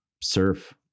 surf